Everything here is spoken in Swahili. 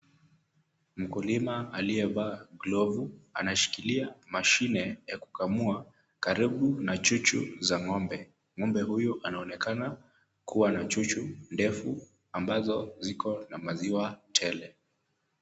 Mkulima aliyevaa glovu, anashikilia mashine ya kukamua karibu na chuchu za ng'ombe. Ng'ombe huyu anaonekana kuwa na chuchu ndefu ambazo ziko na maziwa tele.